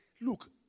Look